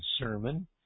Sermon